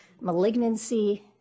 malignancy